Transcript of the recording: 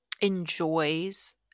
enjoys